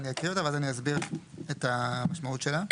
אני אקריא אותה ואז אני אסביר את המשמעות שלה.